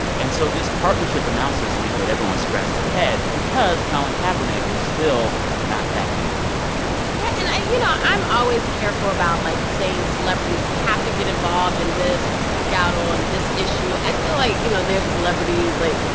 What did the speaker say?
and so this partnership announced this week made everyone scratch their head because colin kaepernick is still not back in the league yeah. and i you know, i'm always careful about, like, saying celebrities have to get involved in this or speak out on this issue. i feel like, you know, they're celebrities. like,